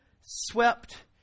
swept